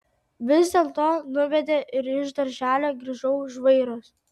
vis dėlto nuvedė ir iš darželio grįžau žvairas